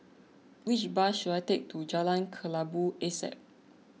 which bus should I take to Jalan Kelabu Asap